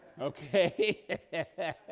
okay